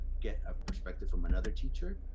get a perspective from another teacher,